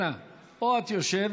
אנא, או שאת יושבת,